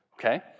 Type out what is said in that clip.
Okay